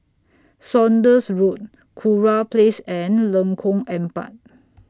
Saunders Road Kurau Place and Lengkong Empat